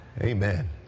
Amen